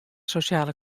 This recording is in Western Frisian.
sosjale